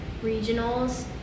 regionals